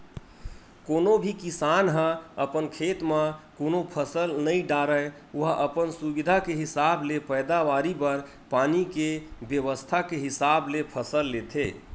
कोनो भी किसान ह अपन खेत म कोनो फसल नइ डारय ओहा अपन सुबिधा के हिसाब ले पैदावारी बर पानी के बेवस्था के हिसाब ले फसल लेथे